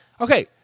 Okay